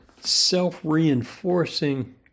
self-reinforcing